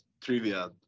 trivia